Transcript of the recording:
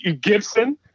Gibson